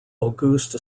auguste